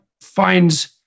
finds